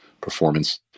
performance